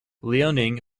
liaoning